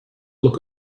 look